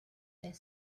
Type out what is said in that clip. their